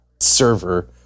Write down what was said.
server